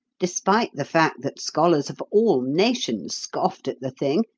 despite the fact that scholars of all nations scoffed at the thing,